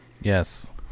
Yes